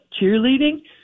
cheerleading